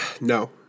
No